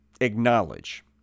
acknowledge